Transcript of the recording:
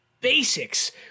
basics